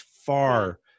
far